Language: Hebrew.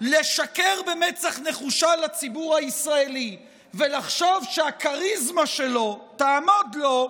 לשקר במצח נחושה לציבור הישראלי ולחשוב שהכריזמה שלו תעמוד לו,